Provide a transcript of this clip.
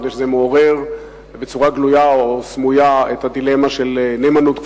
מפני שזה מעורר בצורה גלויה או סמויה את הדילמה של נאמנות כפולה,